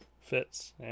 fits